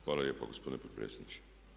Hvala lijepo gospodine potpredsjedniče.